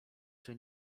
czy